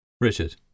Richard